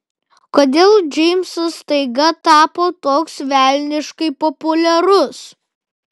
kodėl džeimsas staiga tapo toks velniškai populiarus